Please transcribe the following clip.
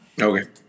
Okay